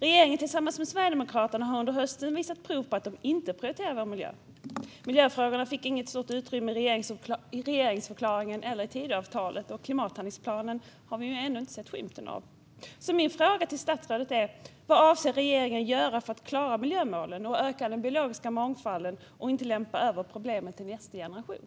Regeringen tillsammans med Sverigedemokraterna har under hösten visat prov på att man inte prioriterar vår miljö. Miljöfrågorna fick inget stort utrymme i vare sig regeringsförklaringen eller Tidöavtalet, och klimathandlingsplanen har vi ännu inte sett skymten av. Min fråga till statsrådet är därför: Vad avser regeringen att göra för att klara miljömålen och öka den biologiska mångfalden och för att inte lämpa över problemen till nästa generation?